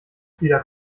wieder